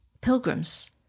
Pilgrims